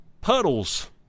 puddles